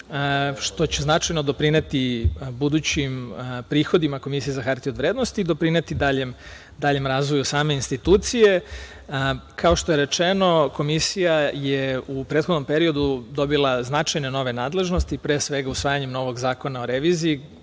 što će značajno doprineti budućim prihodima Komisije za hartije od vrednosti, doprineti daljem razvoju same institucije. Kao što je rečeno, komisija je u prethodnom periodu dobila značajne nove nadležnosti. Pre svega usvajanjem novog Zakona o reviziji,